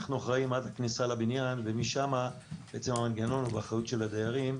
אנחנו אחראיים עד הכניסה לבניין ומשם המנגנון הוא באחריות של הדיירים.